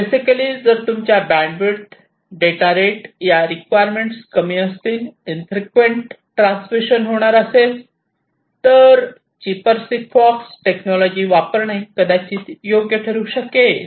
basically जर तुमच्या bandwidth data rate या रिक्वायरमेंट कमी असतील इनफ्रीक्विंट ट्रान्समिशन होणार असेल तर चीपर सिग्फॉक्स टेक्नॉलॉजी वापरणे कदाचित योग्य ठरू शकेल